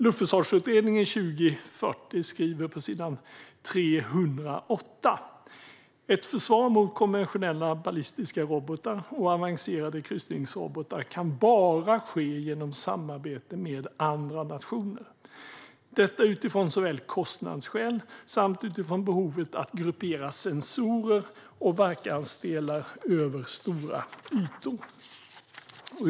Luftförsvarsutredningen 2040 skriver på s. 308: Ett försvar mot konventionella ballistiska robotar och avancerade kryssningsrobotar kan bara ske genom samarbete med andra nationer. Detta utifrån såväl kostnadsskäl som utifrån behovet att gruppera sensorer och verkansdelar över stora ytor.